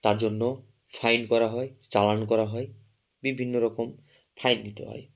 তার জন্য ফাইন করা হয় চালান করা হয় বিভিন্ন রকম ফাইন দিতে হয়